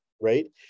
right